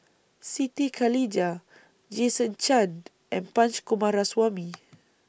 Siti Khalijah Jason Chan and Punch Coomaraswamy